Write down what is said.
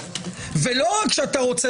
ולא רק זאת,